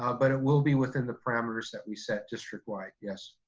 ah but it will be within the parameter set we set district-wide, yes.